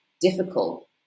difficult